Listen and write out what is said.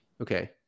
Okay